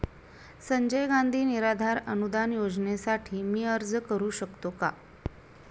संजय गांधी निराधार अनुदान योजनेसाठी मी अर्ज करू शकतो का?